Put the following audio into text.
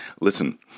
listen